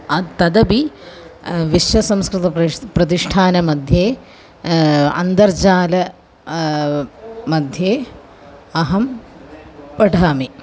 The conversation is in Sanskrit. अद् तदपि विश्वसंस्कृतं प्रश् प्रतिष्ठानं मध्ये अन्तर्जालं मध्ये अहं पठामि